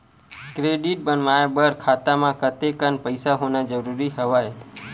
Credit बनवाय बर खाता म कतेकन पईसा होना जरूरी हवय?